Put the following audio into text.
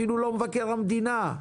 אפילו לא מבקר המדינה,